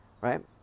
right